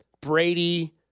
Brady